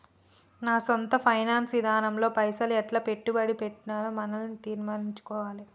గా సొంత ఫైనాన్స్ ఇదానంలో పైసలు ఎట్లా పెట్టుబడి పెట్టాల్నో మనవే తీర్మనించుకోవాల